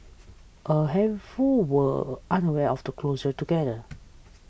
a handful were unaware of the closure altogether